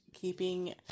keeping